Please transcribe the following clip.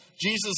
Jesus